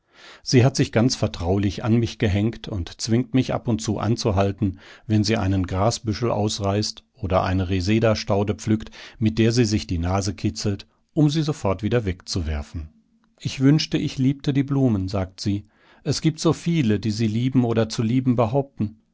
sie hat sich ganz vertraulich an mich gehängt und zwingt mich ab und zu anzuhalten wenn sie einen grasbüschel ausreißt oder eine resedastaude pflückt mit der sie sich die nase kitzelt um sie sofort wieder wegzuwerfen ich wünschte ich liebte die blumen sagt sie es gibt so viele die sie lieben oder zu lieben behaupten